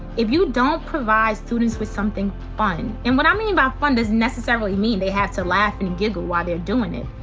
if you don't provide students with something fun, and what i mean by fun doesn't necessarily mean they have to laugh and giggle while they're doing it.